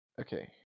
Okay